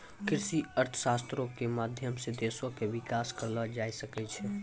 कृषि अर्थशास्त्रो के माध्यम से देशो के विकास करलो जाय सकै छै